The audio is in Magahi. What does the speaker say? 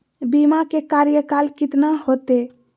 बीमा के कार्यकाल कितना होते?